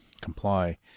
comply